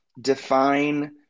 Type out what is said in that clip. define